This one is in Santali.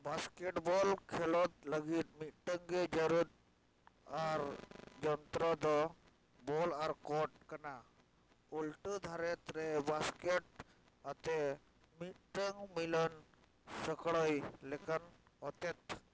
ᱵᱟᱥᱠᱮᱴᱵᱚᱞ ᱠᱷᱮᱳᱰ ᱟᱹᱜᱤᱫ ᱢᱤᱫᱴᱟᱱ ᱜᱮ ᱡᱟᱹᱨᱩᱲ ᱟᱨ ᱡᱚᱱᱛᱨᱚ ᱫᱚ ᱵᱚᱞ ᱟᱨ ᱠᱚᱨᱰ ᱠᱟᱱᱟ ᱩᱞᱴᱟᱹ ᱫᱷᱟᱨᱮ ᱨᱮ ᱵᱟᱥᱠᱮᱴ ᱟᱛᱮᱫ ᱢᱤᱫᱴᱟᱱ ᱢᱤᱞᱚᱱ ᱞᱮᱠᱟᱱ ᱚᱛᱮᱛ